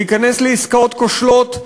להיכנס לעסקאות כושלות,